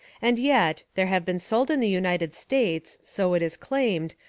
and yet there have been sold in the united states, so it is claimed,